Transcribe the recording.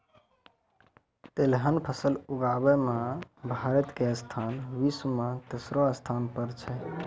तिलहन फसल उगाबै मॅ भारत के स्थान विश्व मॅ तेसरो स्थान पर छै